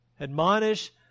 Admonish